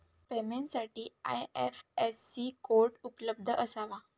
पेमेंटसाठी IFSC code उपलब्ध असावा